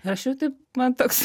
ir aš jau taip man toks